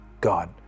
God